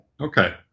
Okay